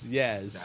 yes